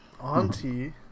Auntie